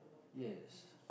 yes